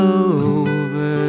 over